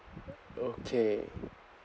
okay